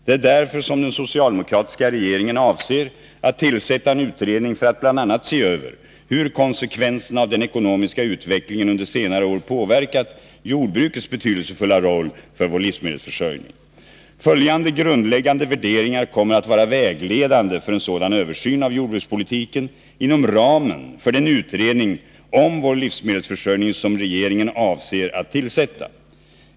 Det är därför som den socialdemokratiska regeringen avser att tillsätta en utredning för att bl.a. se över hur konsekvenserna av den ekonomiska utvecklingen under senare år påverkat jordbrukets betydelsefulla roll för vår livsmedelsförsörjning. Följande grundläggande värderingar kommer att vara vägledande för en sådan översyn av jordbrukspolitiken inom ramen för den utredning om vår livsmedelsförsörjning som regeringen avser att tillsätta.